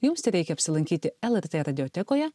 jums tereikia apsilankyti lrt radiotekoje